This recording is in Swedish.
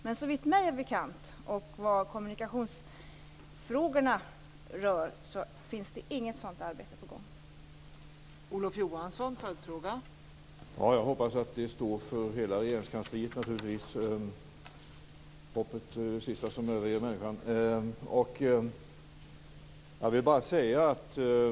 Men såvitt mig är bekant när det gäller kommunikationsfrågor finns det inget sådant arbete på gång.